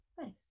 nice